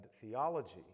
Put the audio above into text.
theology